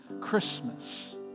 Christmas